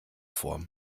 vor